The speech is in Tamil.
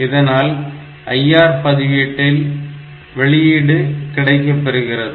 இதனால் IR பதிவேட்டில் வெளியீடு கிடைக்கப்பெறுகிறது